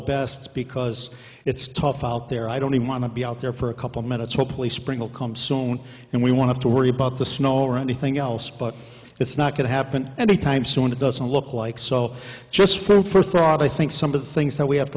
best because it's tough out there i don't even want to be out there for a couple minutes hopefully spring will come soon and we want to worry about the snow or anything else but it's not going to happen any time soon it doesn't look like so just for the first thought i think some of the things that we have to